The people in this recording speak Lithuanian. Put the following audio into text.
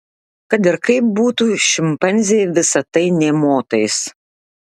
kad ir kaip būtų šimpanzei visa tai nė motais